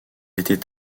était